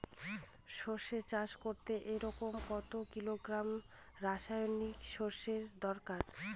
সরষে চাষ করতে একরে কত কিলোগ্রাম রাসায়নি সারের দরকার?